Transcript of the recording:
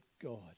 God